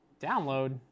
Download